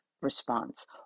response